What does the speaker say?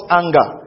anger